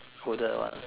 older one